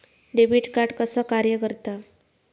Debit card कसा कार्य करता?